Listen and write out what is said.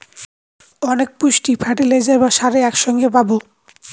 অনেক পুষ্টি ফার্টিলাইজার বা সারে এক সঙ্গে পাবো